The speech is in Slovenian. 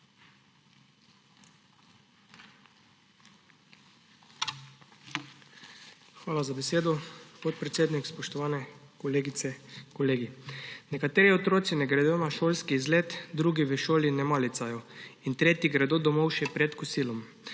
Hvala za besedo, podpredsednik. Spoštovane kolegice in kolegi! Nekateri otroci ne gredo na šolski izlet, drugi v šoli ne malicajo in tretji gredo domov še pred kosilom.